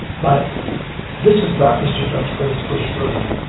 but this is not mr. duxbury's first rodeo.